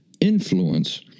influence